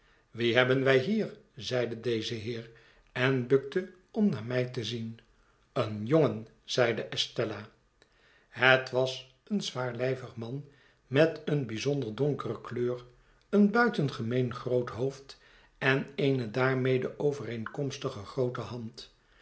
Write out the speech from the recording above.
wien hebben wij hier zeide deze heer en bukte om naar mij te zien een jongen zeide estella het was een zwaarlijvig man met eene bijzonder donkere kleur een buitengemeen groot hoofd en eene daarmede overeenkomstige groote hand